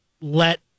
let